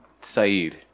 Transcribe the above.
Saeed